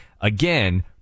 Again